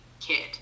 kid